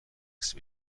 دستی